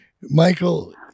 Michael